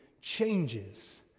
changes